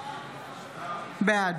בעד